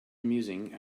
amusing